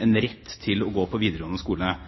en